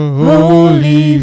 holy